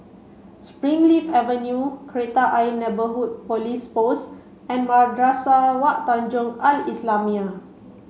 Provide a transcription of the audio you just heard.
Springleaf Avenue Kreta Ayer Neighbourhood Police Post and Madrasah Wak Tanjong Al islamiah